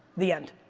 the end.